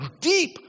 deep